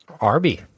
Arby